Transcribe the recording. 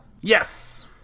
Yes